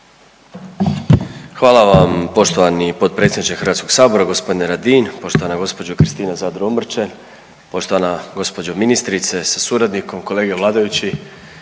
Hvala vam poštovani potpredsjedniče Hrvatskog sabora gospodine Radin, poštovana gospođo Kristina Zadro Omrčen, poštovana gospođa ministrice sa suradnikom, kolege vladajući